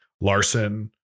Larson